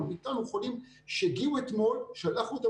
העומס בבתי החולים הכלליים בשל תחלואה